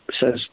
says